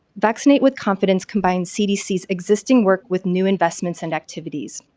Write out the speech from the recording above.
vaccinate with confidence combine cdc's existing work with new investments and activities.